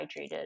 hydrated